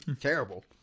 Terrible